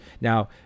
Now